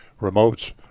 remotes